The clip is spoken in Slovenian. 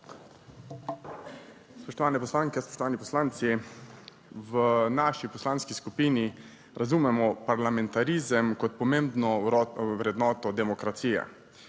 Spoštovane poslanke, spoštovani poslanci! V naši poslanski skupini razumemo parlamentarizem kot pomembno vrednoto demokracije.